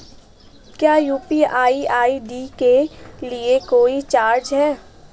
क्या UPI ID के लिए कोई चार्ज है?